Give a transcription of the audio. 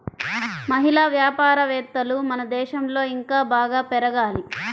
మహిళా వ్యాపారవేత్తలు మన దేశంలో ఇంకా బాగా పెరగాలి